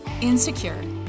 insecure